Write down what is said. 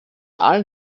allen